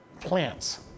plants